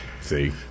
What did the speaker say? See